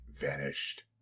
vanished